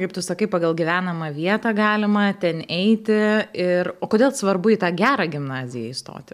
kaip tu sakai pagal gyvenamą vietą galima ten eiti ir o kodėl svarbu į tą gerą gimnaziją įstoti